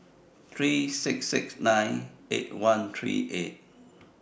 three six six nine eight one three eight